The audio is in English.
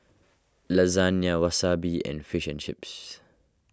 Lasagne Wasabi and Fish and Chips